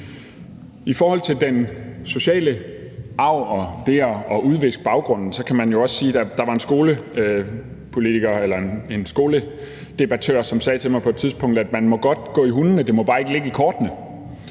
I forhold til den sociale arv og det at udviske baggrunden var der en skoledebattør, som sagde til mig på et tidspunkt, at man godt må gå i hundene, men at det må bare ikke ligge i kortene.